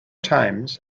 times